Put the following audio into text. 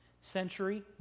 century